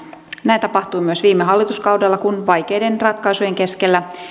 näin tapahtui myös viime hallituskaudella kun vaikeiden ratkaisujen keskellä